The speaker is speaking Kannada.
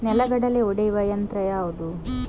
ನೆಲಗಡಲೆ ಒಡೆಯುವ ಯಂತ್ರ ಯಾವುದು?